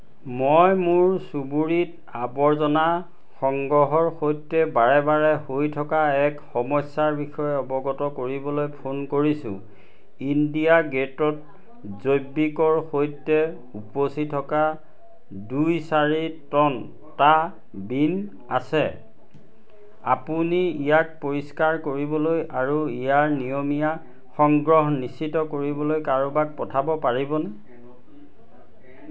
মই মোৰ চুবুৰীত আৱৰ্জনা সংগ্ৰহৰ সৈতে বাৰে বাৰে হৈ থকা এক সমস্যাৰ বিষয়ে অৱগত কৰিবলৈ ফোন কৰিছোঁ ইণ্ডিয়া গেটত জৈৱিকৰ সৈতে উপচি থকা দুই চাৰি টনটা বিন আছে আপুনি ইয়াক পৰিষ্কাৰ কৰিবলৈ আৰু ইয়াৰ নিয়মীয়া সংগ্ৰহ নিশ্চিত কৰিবলৈ কাৰোবাক পঠাব পাৰিবনে